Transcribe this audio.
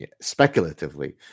Speculatively